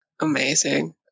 Amazing